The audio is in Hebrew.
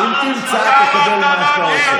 אם תמצא, תקבל מה שאתה רוצה.